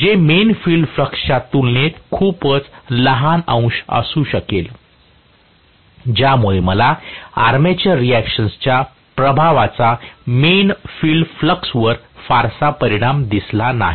जे main field फ्लक्सच्या तुलनेत खूपच लहान अंश असू शकेल ज्यामुळे मला आर्मेचर रिएक्शनच्या प्रभावाचा मेन फील्ड फ्लक्स वर फारसा परिणाम दिसला नाही